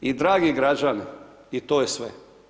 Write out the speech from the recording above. I dragi građani i to je sve.